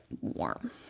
warm